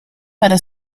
para